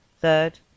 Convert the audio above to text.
Third